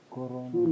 Corona